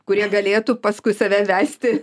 kurie galėtų paskui save vesti